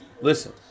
Listen